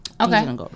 Okay